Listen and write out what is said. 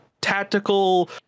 tactical